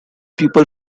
people